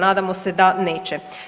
Nadamo se da neće.